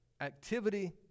activity